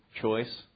choice